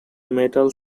metal